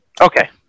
okay